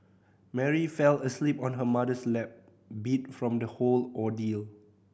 Mary fell asleep on her mother's lap beat from the whole ordeal